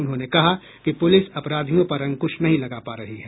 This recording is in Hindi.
उन्होंने कहा कि प्रलिस अपराधियों पर अंकृश नहीं लगा पा रही है